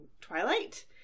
Twilight